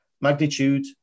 magnitude